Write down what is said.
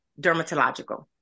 dermatological